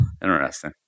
Interesting